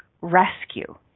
rescue